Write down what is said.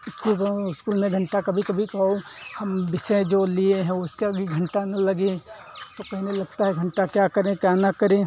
school में घंटा कभी कभी कहो हम विषय जो लिए हैं उसका भी घंटा न लगे तो कहने लगता है घंटा क्या करें क्या न करें